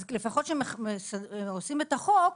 אז אם מחוקקים חוק,